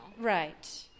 right